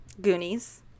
Goonies